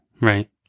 Right